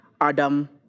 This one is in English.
Adam